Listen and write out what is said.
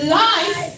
life